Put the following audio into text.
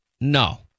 No